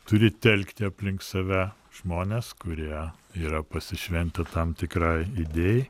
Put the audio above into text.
turi telkti aplink save žmones kurie yra pasišventę tam tikrai idėjai